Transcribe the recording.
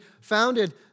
founded